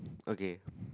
okay